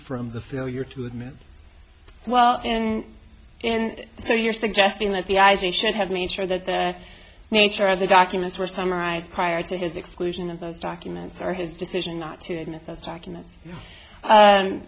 from the failure to admit well and and so you're suggesting that the eyes he should have made sure that the nature of the documents were summarized prior to his exclusion of those documents or his decision not to admit that document